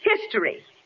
History